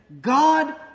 God